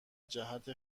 جهت